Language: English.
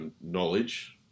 knowledge